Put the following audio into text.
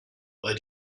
why